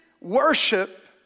worship